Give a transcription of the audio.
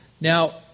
Now